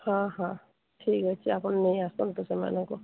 ହଁ ହଁ ଠିକ ଅଛି ଆପଣ ନେଇ ଆସନ୍ତୁ ସେମାନଙ୍କୁ